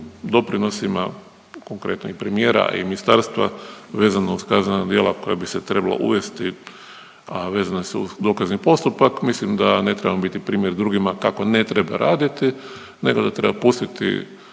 doprinosima, konkretno i premijera i ministarstva vezano uz kaznena djela koja bi se trebala uvesti, a vezani su uz dokazni postupak mislim da ne trebamo biti primjer drugima kako ne treba raditi nego da treba pustiti